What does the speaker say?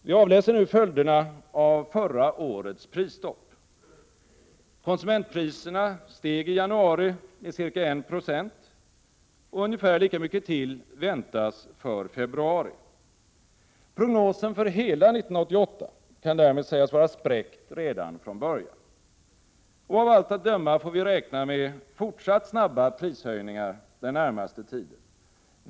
Vi avläser nu följderna av förra årets prisstopp. Konsumentpriserna steg i januari med ca 1 26, och ungefär lika mycket till väntas för februari. Prognosen för hela 1988 kan därmed sägas vara spräckt redan från början. Och av allt att döma får vi räkna med fortsatt snabba prishöjningar den närmaste tiden.